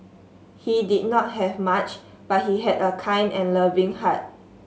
he did not have much but he had a kind and loving heart